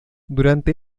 durante